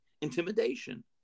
intimidation